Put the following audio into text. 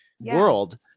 world